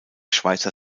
schweizer